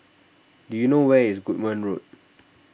do you know where is Goodman Road